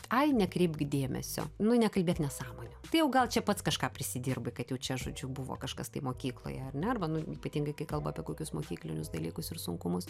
ai nekreipk dėmesio nu nekalbėk nesąmonių tai jau gal čia pats kažką prisidirbai kad jau čia žodžiu buvo kažkas tai mokykloje ar ne arba nu ypatingai kai kalba apie kokius mokyklinius dalykus ir sunkumus